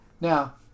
Now